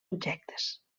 objectes